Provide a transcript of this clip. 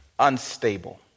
unstable